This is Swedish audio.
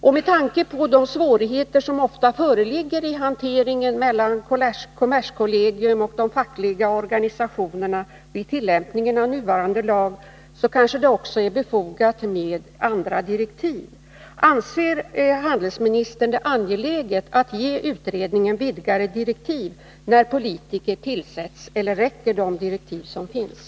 Och med tanke på de svårigheter som ofta föreligger i hanteringen mellan kommerskollegium och de fackliga organisationerna vid tillämpningen av nuvarande lag kanske det också är befogat med andra direktiv. Anser handelsministern det angeläget att ge utredningen vidgade direktiv när politiker tillsätts, eller räcker de direktiv som finns?